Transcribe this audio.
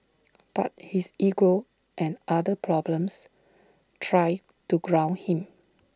but his ego and other problems try to ground him